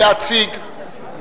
להציג.